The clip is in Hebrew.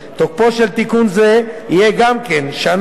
תוקפו של תיקון זה יהיה גם כן שנה,